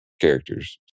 characters